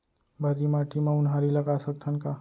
भर्री माटी म उनहारी लगा सकथन का?